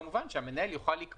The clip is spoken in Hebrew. כמו שהזכרתי בדיון הקודם,